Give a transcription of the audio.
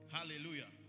Hallelujah